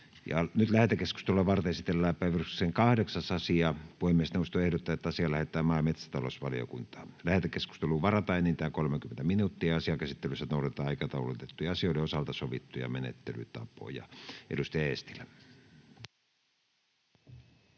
Lähetekeskustelua varten esitellään päiväjärjestyksen 8. asia. Puhemiesneuvosto ehdottaa, että asia lähetetään maa- ja metsätalousvaliokuntaan. Lähetekeskusteluun varataan enintään 30 minuuttia. Asian käsittelyssä noudatetaan aikataulutettujen asioiden osalta sovittuja menettelytapoja. — Edustaja Eestilä.